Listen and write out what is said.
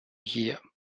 year